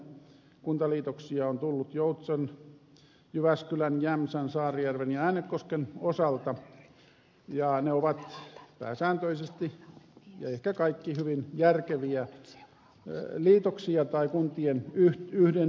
kuntaliitoksia on tullut joutsan jyväskylän jämsän saarijärven ja äänekosken osalta ja ne ovat pääsääntöisesti ja ehkä kaikki hyvin järkeviä liitoksia tai kuntien yhtymisiä